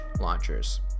launchers